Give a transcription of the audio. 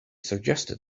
suggested